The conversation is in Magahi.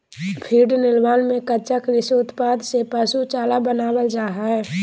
फीड निर्माण में कच्चा कृषि उत्पाद से पशु चारा बनावल जा हइ